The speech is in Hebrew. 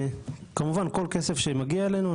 וכמובן כל כסף שמגיע אלינו,